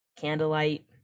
candlelight